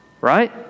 Right